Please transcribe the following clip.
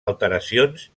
alteracions